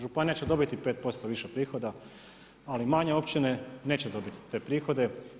Županija će dobiti 5% više prihoda, ali manje općine neće dobiti te prihode.